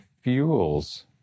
fuels